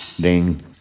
ding